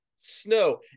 snow